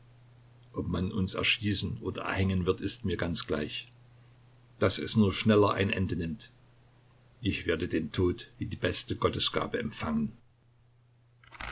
ob man uns erschießen oder erhängen wird ist mir ganz gleich daß es nur schneller ein ende nimmt ich werde den tod wie die beste gottesgabe empfangen